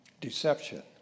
Deception